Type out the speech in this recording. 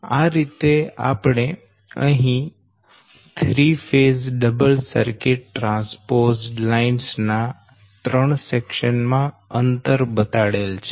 આ રીતે આપણે અહી 3 phase double circuit transposed lines ના ત્રણ સેકશન માં અંતર બતાડેલ છે